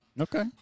Okay